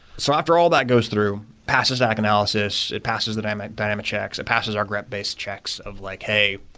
so after all that goes through, passes stack analysis, it passes the diamet diamet checks, it passes our grab-based checks of like, hey,